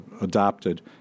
adopted